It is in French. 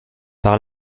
par